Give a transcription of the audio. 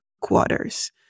quarters